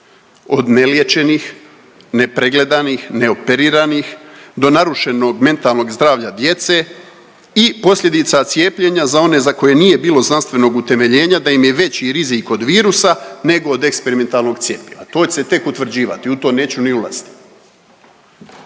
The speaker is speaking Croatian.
Od neliječenih, nepregledanih, neoperiranih do narušenog mentalnog zdravlja djece i posljedica cijepljena za one za koje nije bilo znanstvenog utemeljenja da im je veći rizik od virusa nego od eksperimentalnog cjepiva. To će se tek utvrđivati, u to neću ni ulaziti.